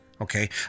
Okay